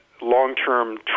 long-term